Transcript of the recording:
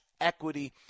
Equity